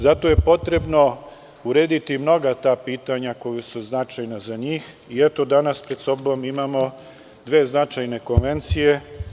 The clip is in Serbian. Zato je potrebno urediti mnoga ta pitanja koja su značajna za njih i, eto, danas pred sobom imamo dve značajne konvencije.